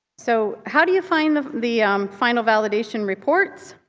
so how do you find the the final validation reports?